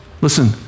listen